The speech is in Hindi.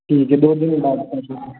ठीक है दो दिन के बाद पहुँचना है